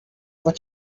what